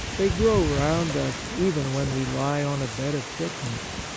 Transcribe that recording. they grow round us even when we lie on a bed of sickness,